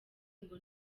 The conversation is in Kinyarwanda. ngo